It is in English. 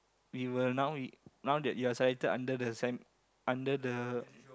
we will now you now that you are selected under the same under the